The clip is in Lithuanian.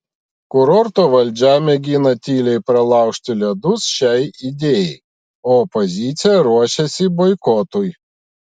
kurorto valdžia mėgina tyliai pralaužti ledus šiai idėjai o opozicija ruošiasi boikotui